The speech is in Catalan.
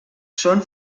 són